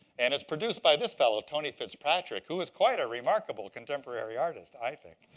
and it's produced by this fellow, tony fitzpatrick, who is quite a remarkable contemporary artist, i think.